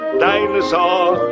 dinosaur